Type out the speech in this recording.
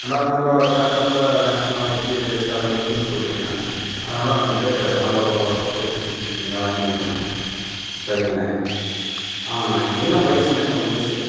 ஆனால் வந்து பேரளத்தில் மேக்ஸிமம் அதான் வெஜ்ஜி ரெஸ்டாரெண்ட்டு இருக்குன்னு சொல்றிங்கள் அதனால் வந்துட்டு நல்ல ஹோட்டலாக பார்த்து ச்சூஸ் பண்ணி நீங்களாக வாங்கிட்டு வந்துடுங்கண்ணா சரிங்கண்ணா ஆமாங்கண்ணா என்ன ப்ரைஸ்ணா ஒரு மீல்ஸ்ஸு